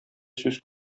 сүз